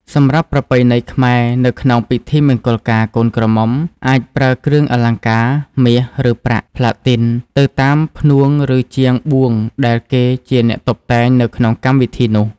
សម្រាប់ប្រពៃណីខ្មែរនៅក្នុងពិធីមង្គលការកូនក្រមុំអាចប្រើគ្រឿងអលង្ការមាស ឬ ប្រាក់ ប្លាទីទៅតាមផ្នួងឬជាងបួងដែលគេជា អ្នកតុបតែងនៅក្នុងកម្មវិធីនោះ។